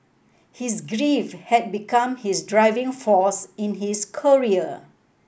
his grief had become his driving force in his career